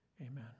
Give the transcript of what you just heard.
Amen